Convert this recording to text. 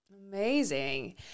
Amazing